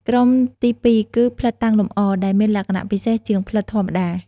ក្រុមទីពីរគឺ ផ្លិតតាំងលម្អ ដែលមានលក្ខណៈពិសេសជាងផ្លិតធម្មតា។